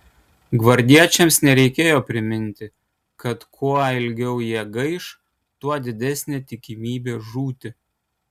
gvardiečiams nereikėjo priminti kad kuo ilgiau jie gaiš tuo didesnė tikimybė žūti